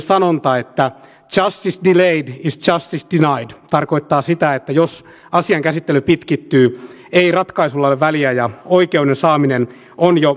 tiedätte että meillä on hallituksen puolelta hallitusohjelmassa asetettu viisi reformia jotka kaikki liittyvät kuntiin erittäinkin olennaisesti tai ainakin neljä liittyy olennaisesti